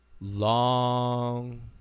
long